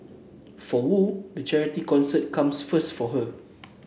for Wu the charity concert comes first for her